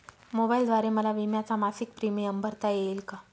मोबाईलद्वारे मला विम्याचा मासिक प्रीमियम भरता येईल का?